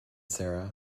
sarah